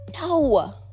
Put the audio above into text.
No